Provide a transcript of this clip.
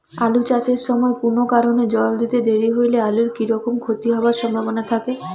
আলু চাষ এর সময় কুনো কারণে জল দিতে দেরি হইলে আলুর কি রকম ক্ষতি হবার সম্ভবনা থাকে?